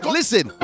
Listen